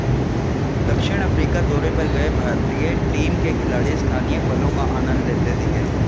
दक्षिण अफ्रीका दौरे पर गए भारतीय टीम के खिलाड़ी स्थानीय फलों का आनंद लेते दिखे